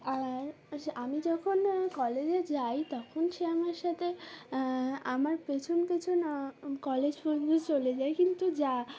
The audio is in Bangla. আর আমি যখন কলেজে যাই তখন সে আমার সাথে আমার পেছন পেছন কলেজ পর্যন্ত চলে যায় কিন্তু যা